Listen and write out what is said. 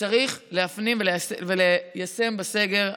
שצריך להפנים וליישם בסגר הקרוב.